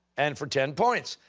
and for ten points,